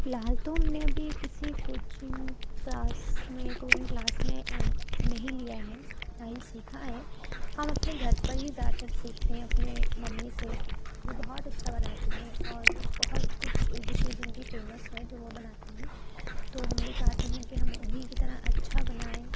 فی الحال تو ہم نے ابھی کسی کوچنگ کلاس میں کوکنگ کلاس میں نہیں لیا ہے نہ ہی سیکھا ہے ہم اپنے گھر پر ہی زیادہ تر سیکھتے ہیں اپنے ممی سے وہ بہت اچھا بناتی ہیں اور بہت کچھ ڈشز ان کی فیمس ہیں جو وہ بناتی ہیں تو ہم بھی چاہتے ہیں کہ ہم انہیں کی طرح اچھا بنائیں